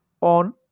on